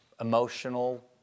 emotional